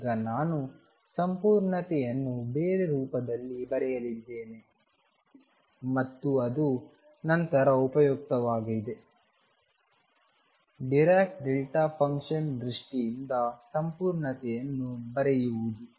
ಈಗ ನಾನು ಸಂಪೂರ್ಣತೆಯನ್ನು ಬೇರೆ ರೂಪದಲ್ಲಿ ಬರೆಯಲಿದ್ದೇನೆ ಮತ್ತು ಅದು ನಂತರ ಉಪಯುಕ್ತವಾಗಿದೆ ಡೈರಾಕ್ ಡೆಲ್ಟಾ ಫಂಕ್ಷನ್ ದೃಷ್ಟಿಯಿಂದ ಸಂಪೂರ್ಣತೆಯನ್ನು ಬರೆಯುವುದು